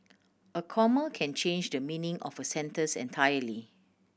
a comma can change the meaning of a sentence entirely